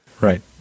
right